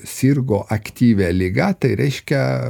sirgo aktyvia liga tai reiškia